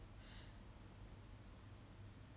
那个 activists 做的东西是不是